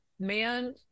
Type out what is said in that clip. man